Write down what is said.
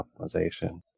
optimization